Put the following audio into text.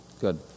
Good